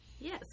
yes